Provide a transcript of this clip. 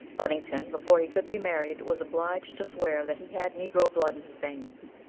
buddington, before he could be married was obliged to swear that he had negro blood in his veins,